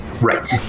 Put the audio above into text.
Right